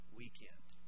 weekend